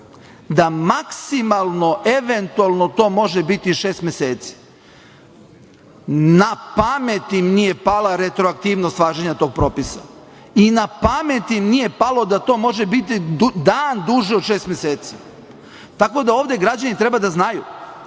da maksimalno, eventualno to može biti šest meseci. Na pamet im nije pala retroaktivnost važenja tog propisa i na pamet im nije palo da to može biti dan duže od šest meseci. Tako da ovde građani treba da znaju,